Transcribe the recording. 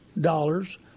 dollars